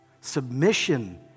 Submission